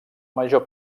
major